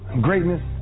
greatness